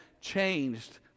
changed